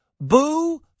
Boo